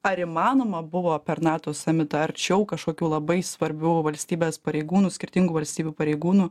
ar įmanoma buvo per nato samitą arčiau kažkokių labai svarbių valstybės pareigūnų skirtingų valstybių pareigūnų